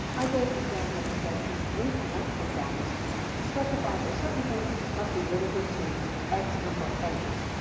i gave an example of a state whose brief length requirements specified that certain briefs must be limited to x number of pages.